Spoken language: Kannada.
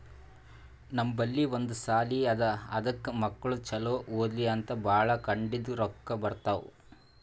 ನಮ್ ಬಲ್ಲಿ ಒಂದ್ ಸಾಲಿ ಅದಾ ಅದಕ್ ಮಕ್ಕುಳ್ ಛಲೋ ಓದ್ಲಿ ಅಂತ್ ಭಾಳ ಕಡಿಂದ್ ರೊಕ್ಕಾ ಬರ್ತಾವ್